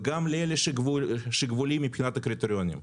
וגם לאלה שגבוליים מבחינת הקריטריונים.